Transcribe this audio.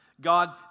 God